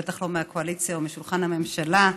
בטח לא מהקואליציה ומשולחן הממשלה,